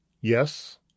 Yes